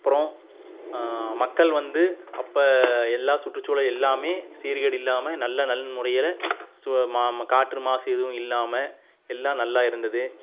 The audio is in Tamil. அப்புறம் மக்கள் வந்து அப்போ எல்லா சுற்றுசூழல் எல்லாமே சீர்கேடு இல்லாமல் நல்லா நல்முறையில் சு மா காற்று மாசு எதுவும் இல்லாமல் எல்லாம் நல்லா இருந்தது